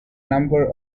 number